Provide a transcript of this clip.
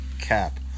Cap